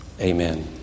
Amen